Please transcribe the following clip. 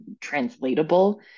translatable